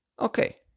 Okay